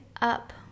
up